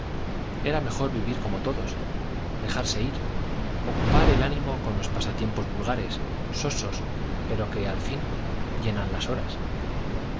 era mejor vivir como todos dejarse ir ocupar el ánimo con los pasatiempos vulgares sosos pero que al fin llenan las horas